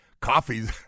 coffee's